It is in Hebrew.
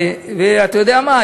ואתה יודע מה?